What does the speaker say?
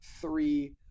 three